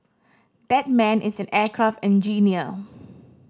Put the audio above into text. that man is an aircraft engineer